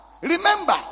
Remember